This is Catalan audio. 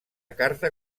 carta